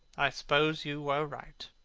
i suppose you were right,